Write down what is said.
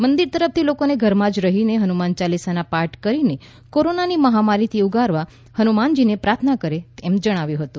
મંદિર તરફથી લોકોને ઘર માં જરહીને હનુમાન ચાલીસાના પાઠ કરીને કોરોનાની મહામારીથી ઊગારવા હનુમાનજીને પ્રાર્થના કરે એમ જણાવ્યું હતું